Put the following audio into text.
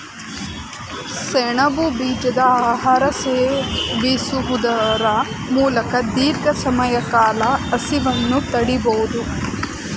ಸೆಣಬು ಬೀಜದ ಆಹಾರ ಸೇವಿಸುವುದರ ಮೂಲಕ ದೀರ್ಘ ಸಮಯಗಳ ಕಾಲ ಹಸಿವನ್ನು ತಡಿಬೋದು